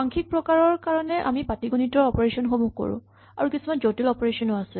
সাংখ্যিক প্ৰকাৰৰ কাৰণে আমি পাটিগণিতৰ অপাৰেচনসমূহ কৰো আৰু কিছুমান জটিল অপাৰেচন ও আছে